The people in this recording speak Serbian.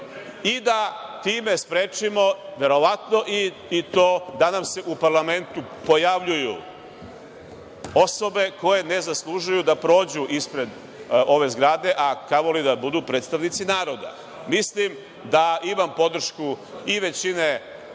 i time sprečimo verovatno i da nam se u parlamentu pojavljuju osobe koje ne zaslužuju da prođu ispred ove zgrade, a kamo li da budu predstavnici naroda. Mislim da imam podršku i većine